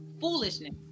foolishness